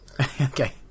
Okay